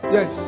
Yes